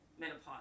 Menopause